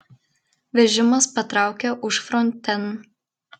vežimas patraukė užfrontėn